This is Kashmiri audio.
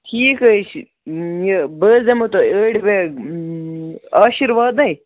ٹھیٖک حظ چھِ یہِ بہٕ حظ دِمو تۄہہِ ٲٹۍ بیگ آشِروادَے